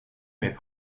mais